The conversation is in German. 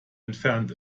entfernt